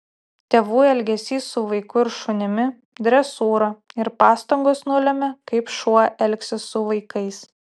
tėvų elgesys su vaiku ir šunimi dresūra ir pastangos nulemia kaip šuo elgsis su vaikais